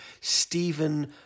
Stephen